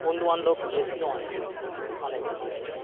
বন্ধুবান্ধব গিয়েছিল অনেক অনেকে গিয়েছিলো